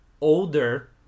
older